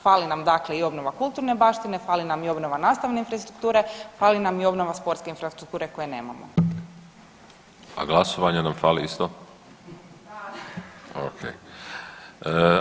Fali nam dakle i obnova kulturne baština, fali nam i obnova nastavne infrastrukture, fali nam i obnova sportske infrastrukture koje nemamo.